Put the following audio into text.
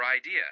idea